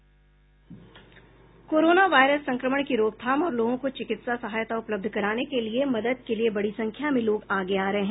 corona virus संक्रमण की रोकथाम और लोगों को चिकित्सा सहायता उपलब्ध कराने के लिए मदद के लिए बड़ी संख्या में लोग आगे आ रहे हैं